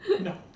No